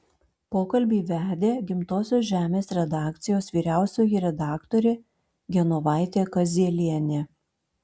pokalbį vedė gimtosios žemės redakcijos vyriausioji redaktorė genovaitė kazielienė